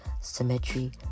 symmetry